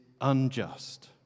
unjust